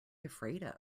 afraid